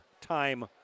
time